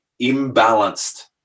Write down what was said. imbalanced